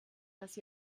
dass